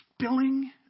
spilling